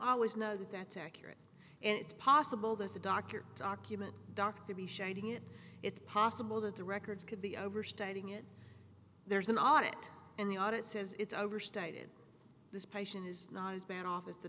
always know that that's accurate and it's possible that the doctor document doctor be shining it it's possible that the record could be overstating it there's an audit and the audit says it's overstated this patient is not as bad off as the